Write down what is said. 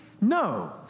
No